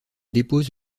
dépose